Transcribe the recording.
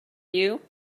you